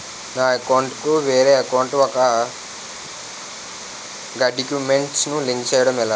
నా అకౌంట్ కు వేరే అకౌంట్ ఒక గడాక్యుమెంట్స్ ను లింక్ చేయడం ఎలా?